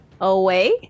away